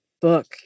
book